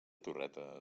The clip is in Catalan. torreta